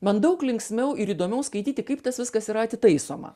man daug linksmiau ir įdomiau skaityti kaip tas viskas yra atitaisoma